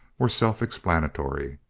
were self explanatory.